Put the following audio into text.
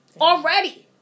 Already